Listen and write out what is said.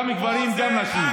גם גברים וגם נשים.